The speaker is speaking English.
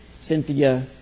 Cynthia